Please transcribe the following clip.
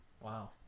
Wow